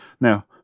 Now